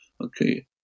Okay